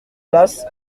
las